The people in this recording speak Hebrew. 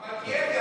מלכיאלי,